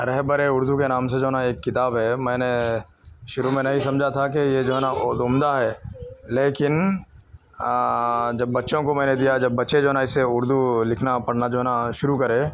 رہبر اردو کے نام سے جو ہے نا ایک کتاب ہے میں نے شروع میں نہیں سمجھا تھا کہ یہ جو ہے نا عمدہ ہے لیکن جب بچوں کو میں نے دیا جب بچے جو ہے نا اس سے اردو لکھنا پڑھنا جو ہے نا شروع کرے